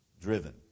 driven